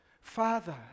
Father